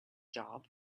job